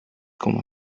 como